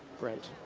brent.